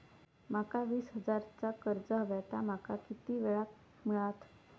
माका वीस हजार चा कर्ज हव्या ता माका किती वेळा क मिळात?